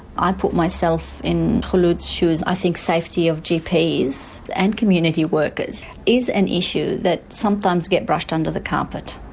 i put myself in khulod's shoes, i think safety of gps and community workers is an issue that sometimes gets brushed under the carpet.